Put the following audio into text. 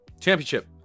championship